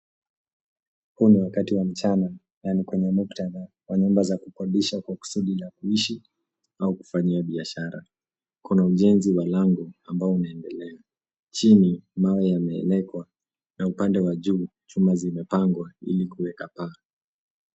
Huu ni wakati wa mchana na ni kwenye muktadha wa nyumba za kukodisha kwa kusudi la kuishi au kufanyia biashara. Kuna ujenzi wa lango amabao unaendelea. Chini, mawe yameelekwa na upande wa juu chuma zimepangwa ili kuweka paa.